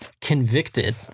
convicted